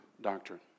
doctrine